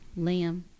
Liam